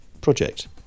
project